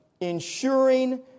ensuring